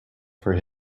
for